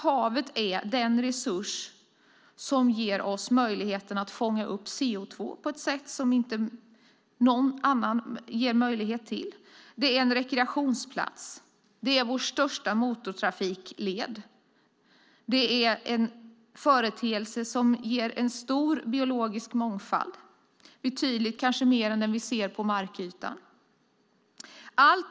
Havet är en resurs som låter oss fånga upp CO2 på ett sätt som ingen annan ger möjlighet till. Det är en rekreationsplats. Det är vår största motortrafikled. Det ger stor del biologisk mångfald, kanske betydligt större än den vi ser på markytan.